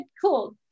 cool